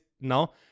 now